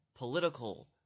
political